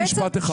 עוד משפט אחד.